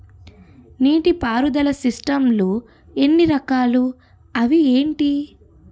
నీటిపారుదల సిస్టమ్ లు ఎన్ని రకాలు? అవి ఏంటి?